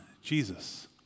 Jesus